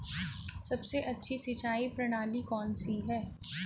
सबसे अच्छी सिंचाई प्रणाली कौन सी है?